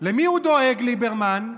למי הוא דואג, ליברמן?